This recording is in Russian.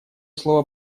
слово